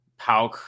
Pauk